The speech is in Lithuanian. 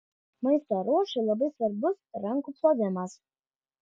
maisto ruošai labai svarbus rankų plovimas